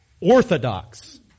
orthodox